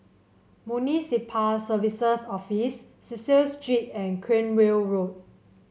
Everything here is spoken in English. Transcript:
Municipal Services Office Cecil Street and Cranwell Road